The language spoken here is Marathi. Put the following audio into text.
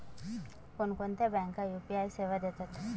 कोणकोणत्या बँका यू.पी.आय सेवा देतात?